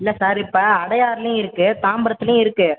இல்லை சார் இப்போ அடையார்லேயும் இருக்குது தாம்பரத்துலேயும் இருக்குது